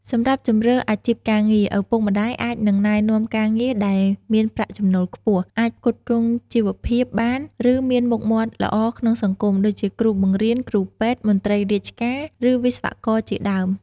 សម្រាប់ជម្រើសអាជីពការងារ ឪពុកម្ដាយអាចនឹងណែនាំការងារដែលមានប្រាក់ចំណូលខ្ពស់ អាចផ្គត់ផ្គង់ជីវភាពបាន ឬមានមុខមាត់ល្អក្នុងសង្គម ដូចជាគ្រូបង្រៀន គ្រូពេទ្យ មន្ត្រីរាជការ ឬវិស្វករជាដើម។